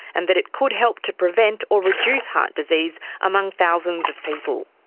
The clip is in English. and that it could help to prevent or reduce heart disease among thousands of people.